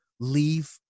Leave